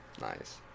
nice